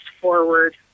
forward